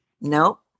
Nope